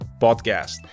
podcast